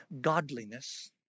Godliness